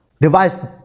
device